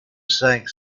cinq